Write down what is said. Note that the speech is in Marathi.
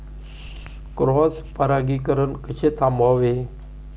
क्रॉस परागीकरण कसे थांबवावे?